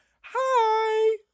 Hi